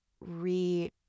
re